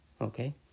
Okay